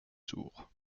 tours